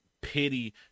pity